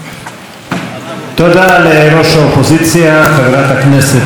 תודה לראש האופוזיציה חברת הכנסת ציפי לבני.